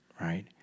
right